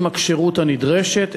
עם הכשירות הנדרשת,